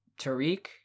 Tariq